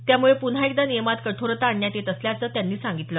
त्यामुळे पुन्हा एकदा नियमात कठोरता आणण्यात येत असल्याचं त्यांनी सांगितलं